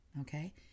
Okay